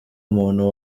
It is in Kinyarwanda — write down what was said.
umuntu